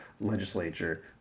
legislature